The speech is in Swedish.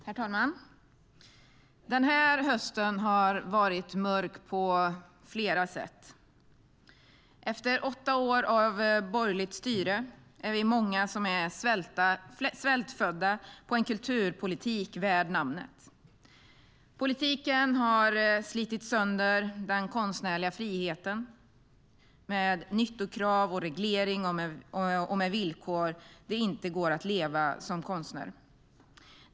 Herr talman! Den här hösten har varit mörk på flera sätt. Efter åtta år av borgerligt styre är det många som är svältfödda på en kulturpolitik värd namnet. Politiken har slitit sönder den konstnärliga friheten, med nyttokrav, reglering och villkor som det inte går att leva med som konstnär.